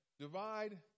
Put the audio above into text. Divide